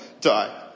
die